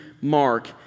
Mark